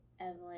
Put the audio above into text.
Evelyn